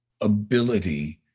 ability